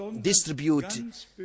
Distribute